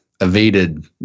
evaded